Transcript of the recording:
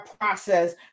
process